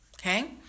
okay